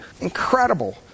incredible